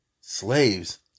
slaves